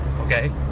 Okay